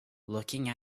looking